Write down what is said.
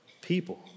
people